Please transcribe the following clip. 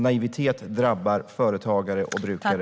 Naivitet drabbar företagare och brukare.